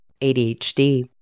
ADHD